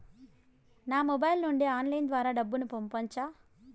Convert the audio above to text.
నా మొబైల్ నుండి ఆన్లైన్ ద్వారా డబ్బును పంపొచ్చా